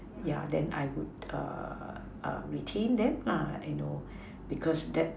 yeah then I would retain them you know because that